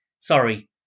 Sorry